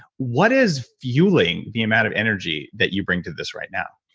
what is fueling the amount of energy that you bring to this right now?